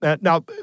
Now